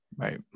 Right